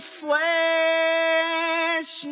flesh